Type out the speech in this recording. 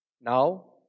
Now